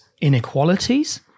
inequalities